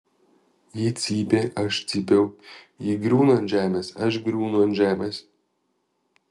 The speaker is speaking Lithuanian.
ji cypė aš cypiau ji griūna ant žemės aš griūnu ant žemės